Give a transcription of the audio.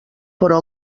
però